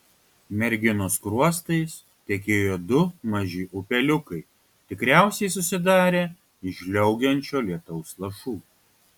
merginos skruostais tekėjo du maži upeliukai tikriausiai susidarę iš žliaugiančio lietaus lašų